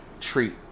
treat